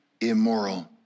immoral